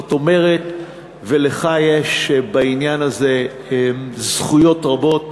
ולך יש בעניין הזה זכויות רבות,